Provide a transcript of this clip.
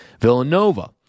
Villanova